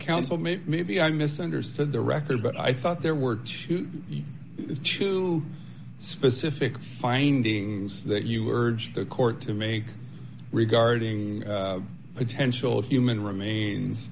council made maybe i misunderstood the record but i thought there were two to specific findings that you were the court to make regarding the potential of human remains